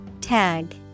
Tag